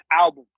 album